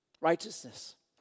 Righteousness